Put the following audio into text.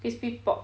crispy pork